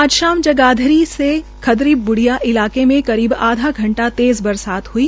आज शाम जगाधरी के खदरी ब्रुडिया इलाके में करीब आधा घंटा तेज बरसात हई